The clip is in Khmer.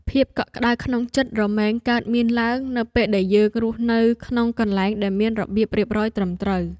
ភាពកក់ក្តៅក្នុងចិត្តរមែងកើតមានឡើងនៅពេលដែលយើងរស់នៅក្នុងកន្លែងដែលមានរបៀបរៀបរយត្រឹមត្រូវ។